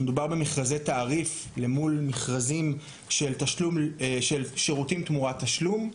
מדובר במכרזי תעריף למול מכרזים של שירותים תמורת תשלום.